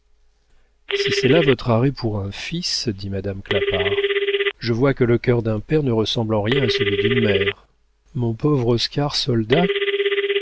si c'est là votre arrêt pour un fils dit madame clapart je vois que le cœur d'un père ne ressemble en rien à celui d'une mère mon pauvre oscar soldat